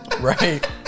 Right